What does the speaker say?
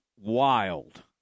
wild